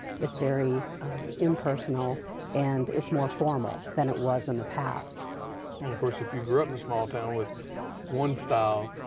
it's very impersonal and it's more formal than it was in the past. and of course, if you grew up in a small town with one style,